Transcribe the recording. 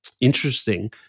interesting